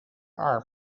arm